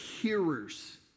hearers